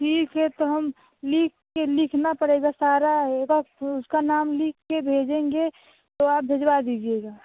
ठीक है तो हम लिखकर लिखना पड़ेगा सारा हेगा कु उसका नाम लिखकर भेजेंगे तो आप भिजवा दीजिएगा